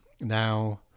Now